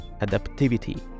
adaptivity